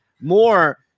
More